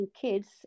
kids